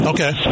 Okay